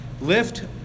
lift